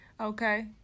Okay